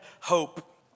hope